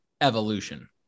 evolution